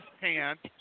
pants